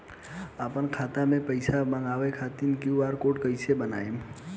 आपन खाता मे पईसा मँगवावे खातिर क्यू.आर कोड कईसे बनाएम?